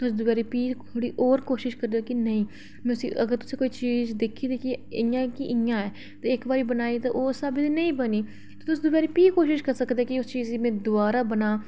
भी थोह्ड़ी होर कोशिश करदा कि नेईं ते अगर तुसें कोई चीज दिक्खी दी कि इ'यां निं इ'यां ऐ ते इक बारी बनाई ते ओह् उस स्हाबै दी नेईं बनी ते दुऐ बारी तुस भी कोशिश करी सकदे कि उस चीज गी में दोबारा बनांऽ